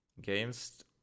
games